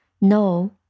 No